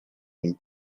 nim